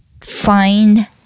find